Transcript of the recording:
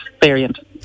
variant